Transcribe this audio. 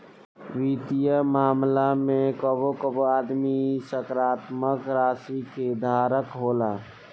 वित्तीय मामला में कबो कबो आदमी सकारात्मक राशि के धारक होला